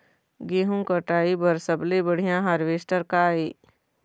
गेहूं कटाई बर सबले बढ़िया हारवेस्टर का ये?